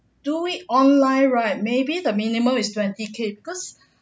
do it online right maybe the minimum is twenty K because